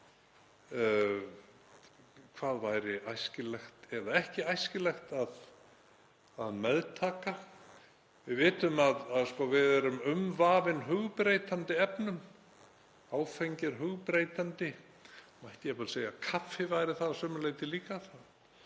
hvað væri æskilegt eða ekki æskilegt að meðtaka. Við vitum að við erum umvafin hugbreytandi efnum. Áfengi er hugbreytandi og mætti jafnvel segja að kaffi væri það að sumu leyti líka, það